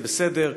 זה בסדר,